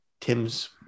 Tim's